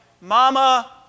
Mama